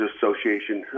Association